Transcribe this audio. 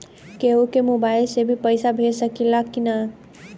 केहू के मोवाईल से भी पैसा भेज सकीला की ना?